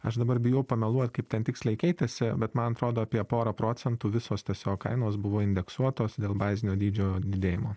aš dabar bijau pameluot kaip ten tiksliai keitėsi bet man atrodo apie porą procentų visos tiesiog kainos buvo indeksuotos dėl bazinio dydžio didėjimo